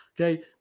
Okay